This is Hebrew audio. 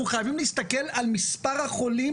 אנחנו חייבים להסתכל על מספר החולים